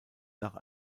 nach